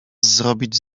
zrobić